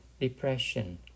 depression